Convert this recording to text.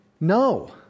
no